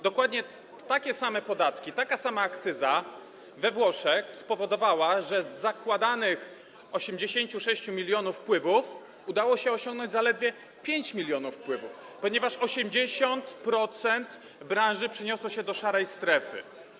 Dokładnie takie same podatki, taka sama akcyza we Włoszech spowodowała, że z zakładanych 86 mln wpływów udało się osiągnąć zaledwie 5 mln, ponieważ 80% branży przeniosło się do szarej strefy.